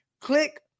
click